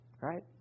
Right